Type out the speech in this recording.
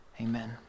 Amen